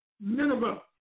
Nineveh